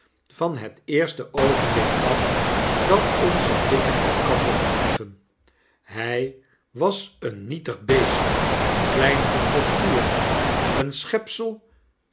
van het eerste oogenblik af dat onze blikken elkander ontmoetten hij was een nietig beest klein van postuur een